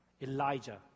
Elijah